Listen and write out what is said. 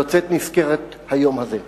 יוצאת נשכרת היום הזה.